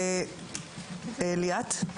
ליאת,